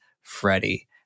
Freddie